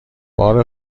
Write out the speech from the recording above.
بار